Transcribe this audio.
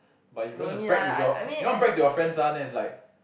but if you wanna brag with your you want to brag to your friends lah then it's like